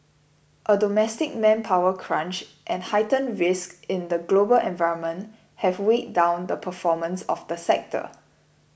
a domestic manpower crunch and heightened risks in the global environment have weighed down the performance of the sector